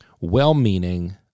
well-meaning